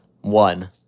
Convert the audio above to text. One